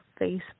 Facebook